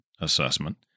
assessment